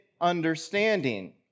understanding